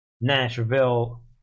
Nashville